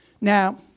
Now